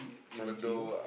kind to you